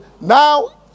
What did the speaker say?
Now